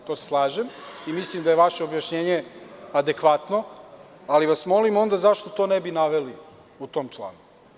To se slažem i mislim da je vaše objašnjenje adekvatno, ali molim vas onda, zašto to ne bi naveli u tom članu?